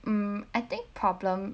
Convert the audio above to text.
mm I think problem